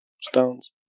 Stones